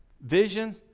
vision